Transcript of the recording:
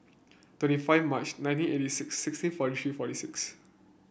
twenty five March nineteen eighty six sixteen forty three forty six